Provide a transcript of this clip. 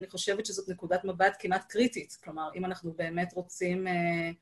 אני חושבת שזאת נקודת מבט כמעט קריטית. כלומר, אם אנחנו באמת רוצים...